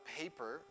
paper